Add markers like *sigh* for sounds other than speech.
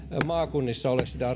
maakunnissa ole sitä *unintelligible*